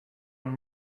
are